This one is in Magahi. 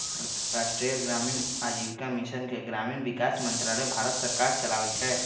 राष्ट्रीय ग्रामीण आजीविका मिशन के ग्रामीण विकास मंत्रालय भारत सरकार चलाबै छइ